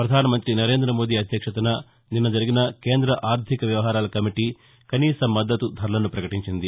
ప్రధాన మంతి నరేంద్ర మోదీ అధ్యక్షతన నిన్న జరిగిన కేంద్ర ఆర్గిక వ్యవహారాల కమిటీ కనీస మద్దతు ధరలను ప్రకటించింది